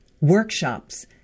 workshops